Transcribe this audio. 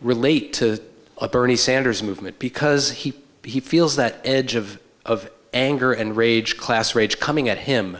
relate to a bernie sanders movement because he feels that edge of of anger and rage class rage coming at him